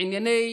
בענייני